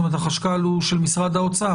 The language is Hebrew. זאת אומרת, החשב הכללי הוא של משרד האוצר.